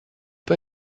pas